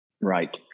Right